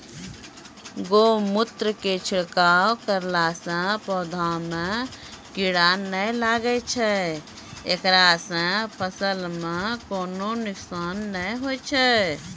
गोमुत्र के छिड़काव करला से पौधा मे कीड़ा नैय लागै छै ऐकरा से फसल मे कोनो नुकसान नैय होय छै?